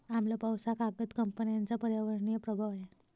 आम्ल पाऊस हा कागद कंपन्यांचा पर्यावरणीय प्रभाव आहे